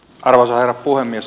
arvoisa herra puhemies